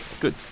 Good